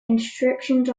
inscriptions